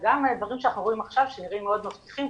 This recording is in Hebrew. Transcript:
וגם דברים שאנחנו רואים עכשיו שנראים מאוד מבטיחים,